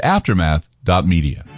Aftermath.media